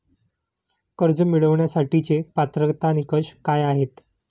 कर्ज मिळवण्यासाठीचे पात्रता निकष काय आहेत?